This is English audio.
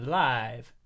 live